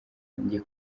njye